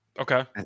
Okay